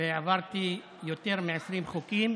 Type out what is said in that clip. והעברתי יותר מ-20 חוקים,